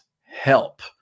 help